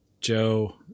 Joe